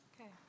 Okay